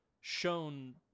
shown